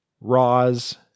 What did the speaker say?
roz